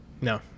No